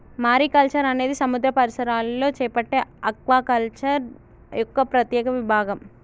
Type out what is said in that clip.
mariculture అనేది సముద్ర పరిసరాలలో చేపట్టే ఆక్వాకల్చర్ యొక్క ప్రత్యేక విభాగం